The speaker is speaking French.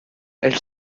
elle